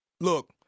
Look